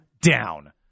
down